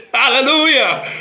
hallelujah